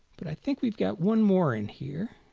but i think we've got one more in here